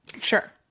Sure